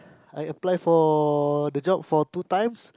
I applied for the job for two times